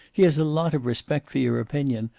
he has a lot of respect for your opinion.